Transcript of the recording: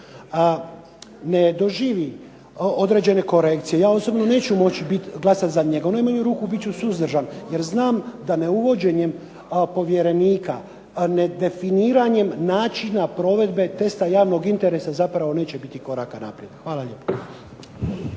ne doživi određene korekcije, ja neću moći glasati za njega, u najmanju ruku bit ću suzdržan, jer znam da neuvođenjem povjerenika, ne definiranjem načina provedbe testa javnog interesa zapravo neće biti koraka naprijed. Hvala lijepo.